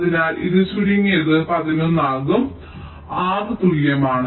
അതിനാൽ ഇത് ചുരുങ്ങിയത് 11 ആകും R തുല്യമാണ്